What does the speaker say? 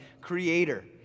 creator